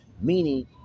meaning